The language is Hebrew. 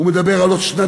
הוא מדבר על עוד שנתיים,